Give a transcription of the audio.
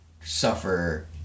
suffer